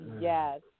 yes